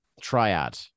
Triad